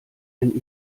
wenn